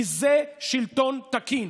כי זה שלטון תקין.